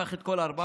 קח את כל ה-400,